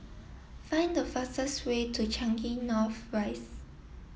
find the fastest way to Changi North Rise